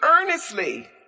earnestly